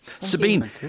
Sabine